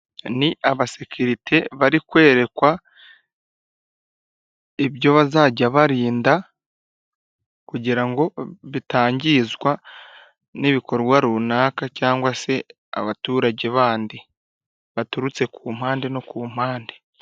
Ni abasekirite bari kwerekwa, ibyo bazajya barinda, kugira ngo bitangizwa n'ibikorwa runaka, cyangwa se abaturage bandi, baturutse ku mpande no ku mpande.